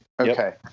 Okay